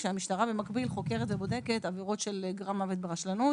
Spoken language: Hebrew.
כאשר המשטרה במקביל חוקרת ובודקת עבירות של גרימת מוות ברשלנות